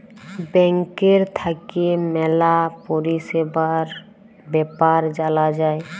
ব্যাংকের থাক্যে ম্যালা পরিষেবার বেপার জালা যায়